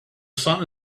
sun